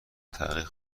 تغییر